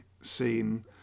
scene